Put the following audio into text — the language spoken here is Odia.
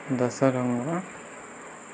ଦଶରଙ୍ଗ